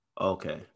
okay